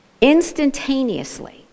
instantaneously